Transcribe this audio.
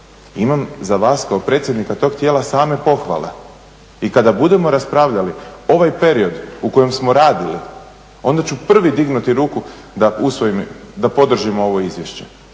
imam za vas kao predsjednika tog tijela same pohvale. I kada budemo raspravljali ovaj period u kojem smo radili onda ću prvi dignuti ruku da podržimo ovo izvješće.